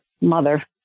mother